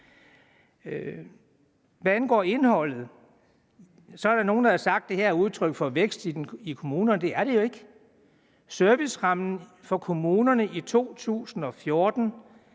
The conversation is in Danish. Hvad angår indholdet, er der nogen, der har sagt, at det her er et udtryk for vækst i kommunerne. Men det er det jo ikke. Servicerammen for kommunerne i 2014